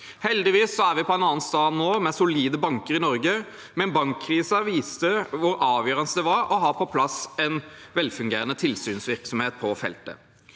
Heldigvis er vi på et annet sted nå, med solide banker i Norge, men bankkrisen viste hvor avgjørende det er å ha på plass en velfungerende tilsynsvirksomhet på dette